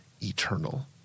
eternal